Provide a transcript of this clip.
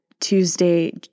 Tuesday